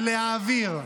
ולהעביר.